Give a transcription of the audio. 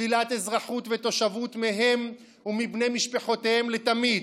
שלילת אזרחות ותושבות מהם ומבני משפחותיהם לתמיד,